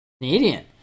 Canadian